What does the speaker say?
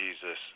Jesus